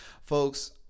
folks